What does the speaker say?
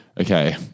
Okay